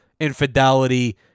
infidelity